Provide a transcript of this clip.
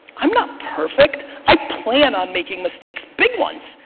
i'm not perfect. i plan on making mistakes. big ones.